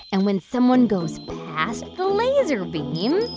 and when someone goes past the laser beam.